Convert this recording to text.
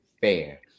fair